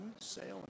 sailing